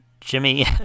Jimmy